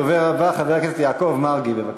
הדובר הבא, חבר הכנסת יעקב מרגי, בבקשה.